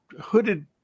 hooded